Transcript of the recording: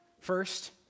First